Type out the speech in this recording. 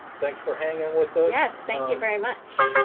thanks for hanging with those yes thank you very much